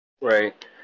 right